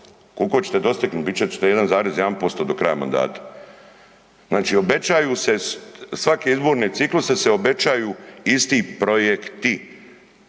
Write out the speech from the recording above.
Koliko ćete dostignut? Bit će da ćete 1,1% do kraja mandata. Znači obećaju se svaki izborni ciklus se obećaju isti projekti.